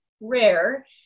rare